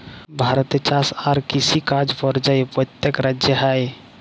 ভারতে চাষ আর কিষিকাজ পর্যায়ে প্যত্তেক রাজ্যে হ্যয়